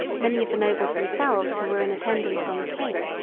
many of the nobles themselves who were in attendance on the king,